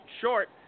short